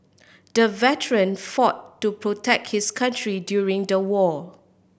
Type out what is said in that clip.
the veteran fought to protect his country during the war